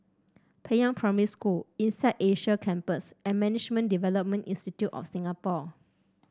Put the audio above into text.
Peiying Primary School INSEAD Asia Campus and Management Development Institute of Singapore